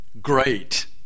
Great